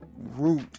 root